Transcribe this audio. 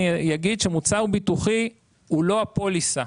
אני אגיד שמוצר ביטוחי הוא לא הפוליסה.